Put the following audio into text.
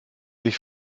sich